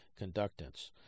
conductance